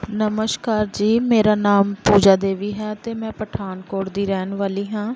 ਨਮਸਕਾਰ ਜੀ ਮੇਰਾ ਨਾਮ ਪੂਜਾ ਦੇਵੀ ਹੈ ਅਤੇ ਮੈਂ ਪਠਾਨਕੋਟ ਦੀ ਰਹਿਣ ਵਾਲੀ ਹਾਂ